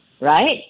right